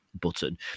button